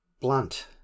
blunt